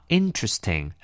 interesting